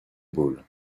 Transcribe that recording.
ball